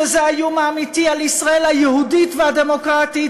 וזה האיום האמיתי על ישראל היהודית והדמוקרטית,